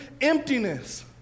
emptiness